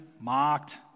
mocked